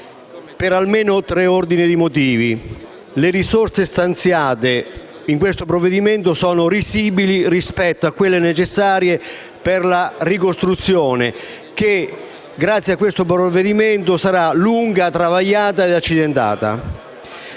per almeno tre ordini di motivi. In primo luogo, le risorse stanziate in questo provvedimento sono risibili rispetto a quelle necessarie per la ricostruzione, che grazie al provvedimento in esame sarà lunga, travagliata e accidentata.